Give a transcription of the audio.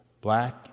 black